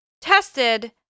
tested